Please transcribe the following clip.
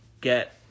get